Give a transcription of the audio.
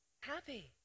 happy